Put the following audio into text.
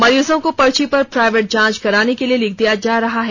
मरीजों को पर्ची पर प्राइवेट जांच कराने के लिए लिख दिया जा रहा है